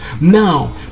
Now